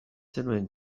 zenuen